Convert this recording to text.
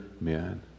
men